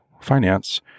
finance